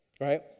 right